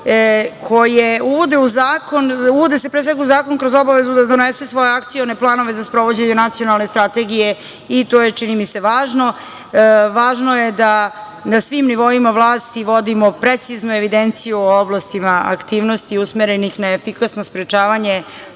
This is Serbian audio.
koji se uvode pre svega u zakon kroz obavezu da donese svoje akcione planove za sprovođenje nacionalne strategije. To je, čini mi se važno. Važno je da na svim nivoima vlasti vodimo preciznu evidenciju o oblastima aktivnosti usmerenih na efikasno sprečavanje